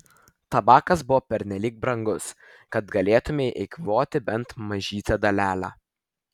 tabakas buvo pernelyg brangus kad galėtumei eikvoti bent mažytę dalelę